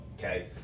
okay